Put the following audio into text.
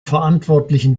verantwortlichen